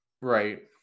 Right